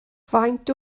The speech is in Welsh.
faint